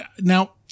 Now